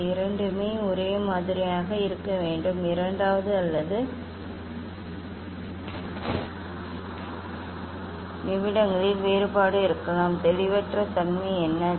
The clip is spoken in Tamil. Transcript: இது இரண்டும் ஒரே மாதிரியாக இருக்க வேண்டும் இரண்டாவது அல்லது நிமிடங்களில் வேறுபாடு இருக்கலாம் தெளிவற்ற தன்மை என்ன